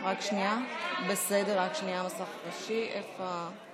ההצעה להעביר את הצעת חוק דמי מחלה (תיקון,